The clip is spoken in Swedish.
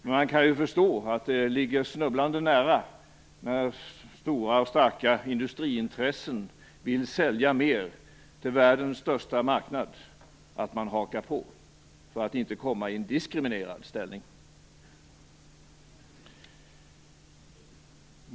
Men man kan ju förstå att det ligger snubblande nära att haka på, för att inte komma i en diskriminerad ställning, när stora och starka industriintressen vill sälja mer till världens största marknad.